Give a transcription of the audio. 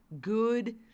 good